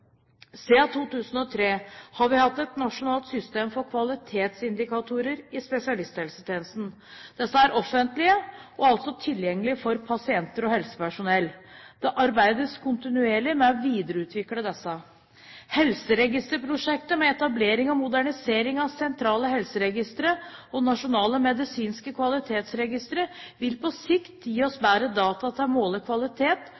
Siden 2003 har vi hatt et nasjonalt system for kvalitetsindikatorer i spesialisthelsetjenesten. Disse er offentlige og altså tilgjengelige for pasienter og helsepersonell. Det arbeides kontinuerlig med å videreutvikle disse. Helseregisterprosjektet, med etablering og modernisering av sentrale helseregistre og nasjonale, medisinske kvalitetsregistre, vil på sikt gi oss bedre data til å måle kvalitet,